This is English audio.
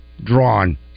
drawn